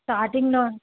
స్టార్టింగ్లో